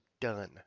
done